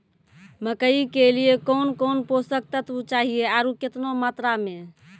मकई के लिए कौन कौन पोसक तत्व चाहिए आरु केतना मात्रा मे?